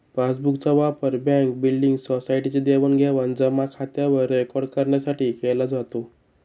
passbook चा वापर bank, building, society चे देवाणघेवाण जमा खात्यावर रेकॉर्ड करण्यासाठी केला जातो